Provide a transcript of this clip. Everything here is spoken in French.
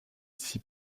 six